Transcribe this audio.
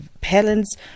parents